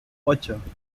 ocho